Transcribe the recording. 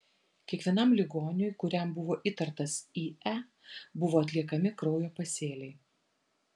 kiekvienam ligoniui kuriam buvo įtartas ie buvo atliekami kraujo pasėliai